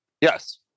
Yes